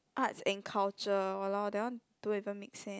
arts and culture !walao! that one don't even make sense